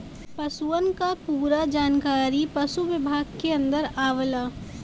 पसुअन क पूरा जानकारी पसु विभाग के अन्दर आवला